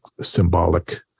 symbolic